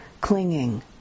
clinging